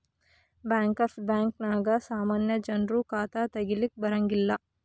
bankers ಬ್ಯಾಂಕ ನ್ಯಾಗ ಸಾಮಾನ್ಯ ಜನ್ರು ಖಾತಾ ತಗಿಲಿಕ್ಕೆ ಬರಂಗಿಲ್ಲಾ